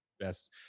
best